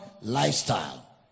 lifestyle